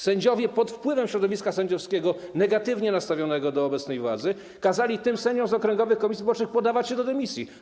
Sędziowie pod wpływem środowiska sędziowskiego, negatywnie nastawionego do obecnej władzy, kazali tym sędziom z okręgowych komisji wyborczych podawać się do dymisji.